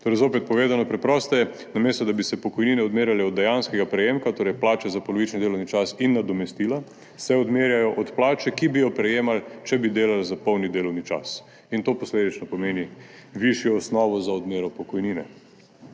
Torej zopet povedano preprosteje, namesto da bi se pokojnine odmerjale od dejanskega prejemka, torej plače za polovični delovni čas in nadomestila, se odmerjajo od plače, ki bi jo prejemali, če bi delali za polni delovni čas. To posledično pomeni višjo osnovo za odmero pokojnine.